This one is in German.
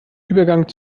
übergang